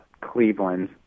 Cleveland